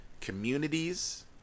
communities